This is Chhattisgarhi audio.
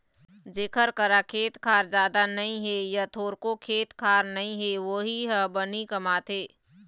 जेखर करा खेत खार जादा नइ हे य थोरको खेत खार नइ हे वोही ह बनी कमाथे